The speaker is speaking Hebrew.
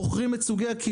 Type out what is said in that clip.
בוחרים את סוגי הכלים,